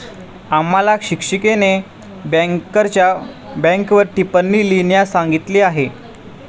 आम्हाला शिक्षिकेने बँकरच्या बँकेवर टिप्पणी लिहिण्यास सांगितली आहे